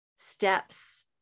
steps